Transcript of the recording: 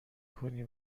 کنی